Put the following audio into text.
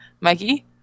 Mikey